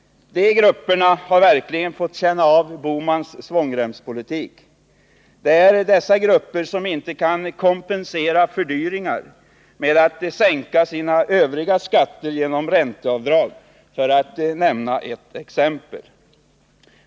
De grupperna har verkligen fått känna av Bohmans svångremspolitik. Det är dessa grupper som inte kan kompensera fördyringar med att sänka sina övriga skatter genom ränteavdrag, för att nämna ett exempel.